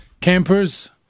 campers